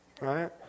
right